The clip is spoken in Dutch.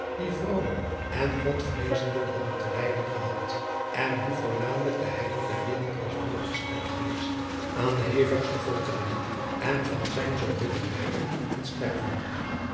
die vromen en godvreezenden hadden te lijden gehad en hoe voornamelijk de heiland der wereld was bloot gesteld geweest aan de hevigste folteringen en van zijn zoo bitter lijden en sterven